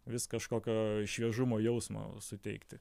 vis kažkokio šviežumo jausmo suteikti